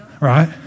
Right